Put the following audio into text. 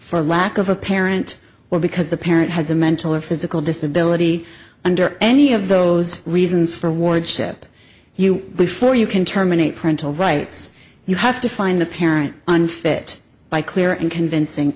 for lack of a parent or because the parent has a mental or physical disability under any of those reasons for war chip you before you can terminate parental rights you have to find the parent unfit by clear and convincing